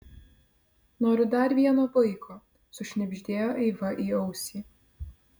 noriu dar vieno vaiko sušnibždėjo eiva į ausį